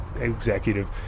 executive